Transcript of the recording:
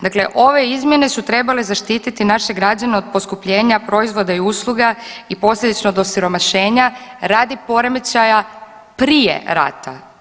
Dakle, ove izmjene su trebale zaštititi naše građane od poskupljenja proizvoda i usluga i posljedično do osiromašenja radi poremećaja prije rata.